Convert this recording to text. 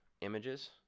images